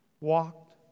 walked